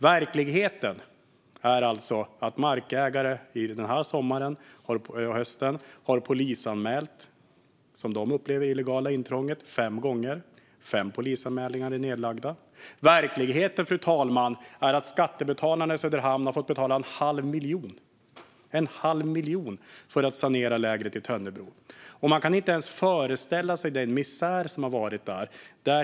Verkligheten är alltså att markägare den här sommaren och hösten har polisanmält vad de upplever som olagliga intrång fem gånger. Fem polisanmälningar är nedlagda. Verkligheten, fru talman, är att skattebetalarna i Söderhamn har fått betala en halv miljon för att sanera lägret i Tönnebro. Man kan inte ens föreställa sig den misär som har varit där.